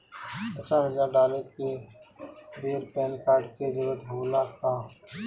पचास हजार डाले के बेर पैन कार्ड के जरूरत होला का?